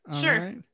Sure